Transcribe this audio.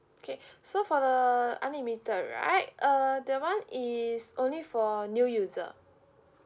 okay so for the unlimited right uh that [one] is only for new user